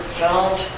felt